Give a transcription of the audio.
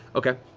okay.